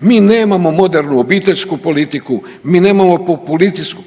Mi nemamo modernu obiteljsku politiku, mi nemamo populacijsku